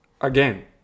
again